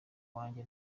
wanjye